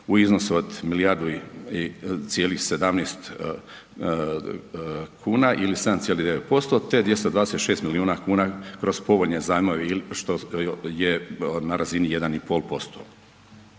u iznosu od milijardu cijelih 17 kuna ili 7,9% te 226 milijuna kuna kroz povoljne zajmove što je na razini 1,5%.